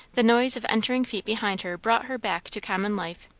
the noise of entering feet behind her brought her back to common life.